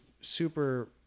super